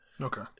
Okay